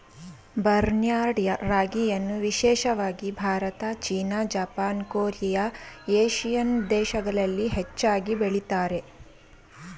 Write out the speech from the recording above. barnyard ರಾಗಿಯನ್ನು ವಿಶೇಷವಾಗಿ Bharat, China, Japan, Korea, Asian ದೇಶಗಳಲ್ಲಿ ಹೆಚ್ಚಾಗಿ ಬೆಳಿತಾರೆ